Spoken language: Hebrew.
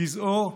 לגזעו,